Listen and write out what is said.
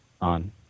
on